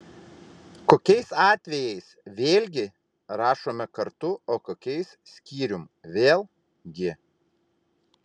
kokiais atvejais vėlgi rašome kartu o kokiais skyrium vėl gi